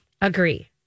Agree